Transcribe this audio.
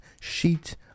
sheet